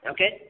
Okay